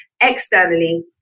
externally